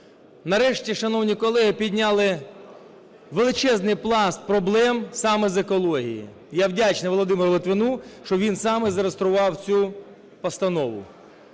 Нарешті шановні колеги підняли величезний пласт проблем саме з екології. Я вдячний Володимиру Литвину, що він саме зареєстрував цю постанову.